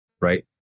right